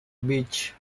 beach